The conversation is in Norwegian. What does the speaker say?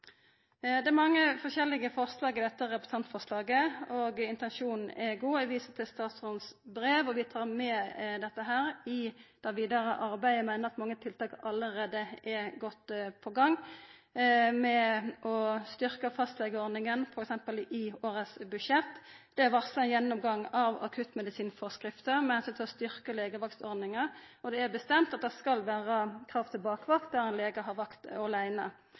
Det er mange forskjellige forslag i dette representantforslaget, og intensjonen er god. Eg viser til statsrådens brev, og vi tar med dette i det vidare arbeidet, men mange av tiltaka allereie er godt i gang, f.eks. med å styrka fastlegeordninga i årets budsjett. Det er varsla gjennomgang av akuttmedisinforskrifter med omsyn til å styrka legevaktsordninga, og det er bestemt at det skal vera krav til bakvakt der ein lege har vakt